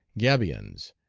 gabions,